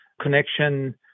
connection